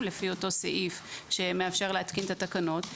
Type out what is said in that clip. לפי אותו סעיף שמאפשר להתקין את התקנות.